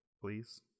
please